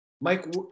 Mike